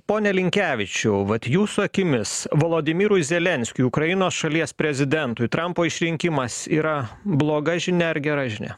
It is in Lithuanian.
pone linkevičiau vat jūsų akimis vlodimirui zelenskiui ukrainos šalies prezidentui trampo išrinkimas yra bloga žinia ar gera žinia